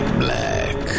black